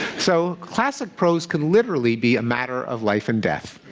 so classic prose can literally be a matter of life and death.